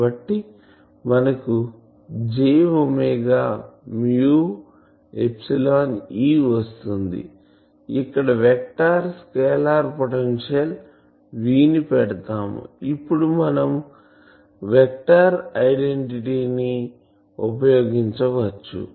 కాబట్టి మనకు j E వస్తుంది ఇక్కడ వెక్టార్ స్కేలార్ పొటెన్షియల్ V ని పెడతాము ఇప్పుడు మనం వెక్టర్ ఐడెంటిటీని ఉపయోగించవచ్చు